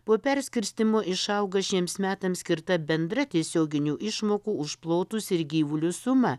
po perskirstymo išauga šiems metams skirta bendra tiesioginių išmokų už plotus ir gyvulius suma